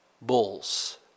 bulls